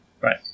right